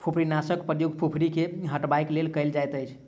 फुफरीनाशकक प्रयोग फुफरी के हटयबाक लेल कयल जाइतअछि